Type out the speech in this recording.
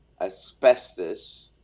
asbestos